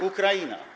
Ukraina.